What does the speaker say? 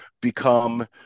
become –